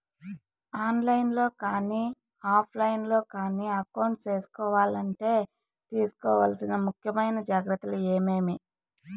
On line లో కానీ offline లో కానీ అకౌంట్ సేసుకోవాలంటే తీసుకోవాల్సిన ముఖ్యమైన జాగ్రత్తలు ఏమేమి?